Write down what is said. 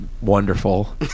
wonderful